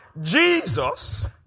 Jesus